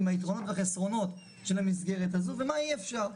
עם היתרונות והחסרונות של המסגרת הזו ומה אי אפשר.